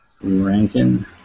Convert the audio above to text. Rankin